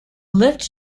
lift